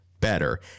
better